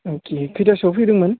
अके खैथासोआव फैदोंमोन